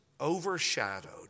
overshadowed